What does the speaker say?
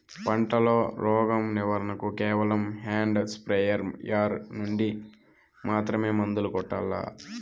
పంట లో, రోగం నివారణ కు కేవలం హ్యాండ్ స్ప్రేయార్ యార్ నుండి మాత్రమే మందులు కొట్టల్లా?